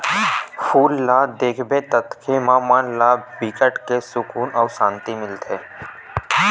फूल ल देखबे ततके म मन ला बिकट के सुकुन अउ सांति मिलथे